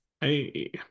Hey